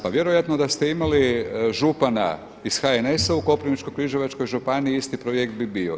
Pa vjerojatno da ste imali župana iz HNS-a u Koprivničko-križevačkoj županiji isti projekt bi bio.